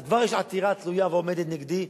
אז כבר יש עתירה תלויה ועומדת נגדי,